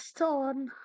on